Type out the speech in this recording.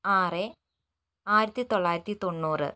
ആറ് ആയിരത്തിത്തൊള്ളായിരത്തി തൊണ്ണൂറ്